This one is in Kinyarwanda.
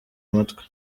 amatwi